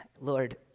Lord